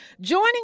joining